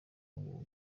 congo